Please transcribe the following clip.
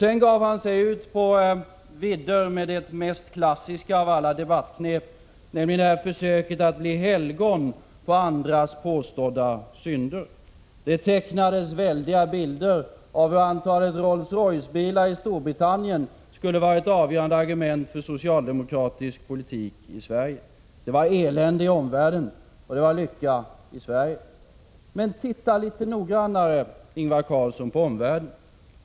Sedan gav sig statsministern ut på vidderna med det mest klassiska av alla debattknep, nämligen försöket att bli helgon på andras påstådda synder. Han tecknade bilder av antalet Rolls Royce-bilar i Storbritannien, och det skulle vara ett avgörande argument för socialdemokratisk politik i Sverige. Det var elände i omvärlden och lycka i Sverige. Men titta litet noggrannare på omvärlden, Ingvar Carlsson!